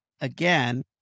again